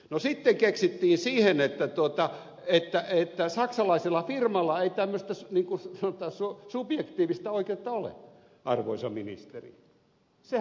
no sitten keksittiin siihen että saksalaisella firmalla ei riitä että saksalaisilla firmoilla ja tämmöistä sanotaanko subjektiivista oikeutta ole arvoisa ministeri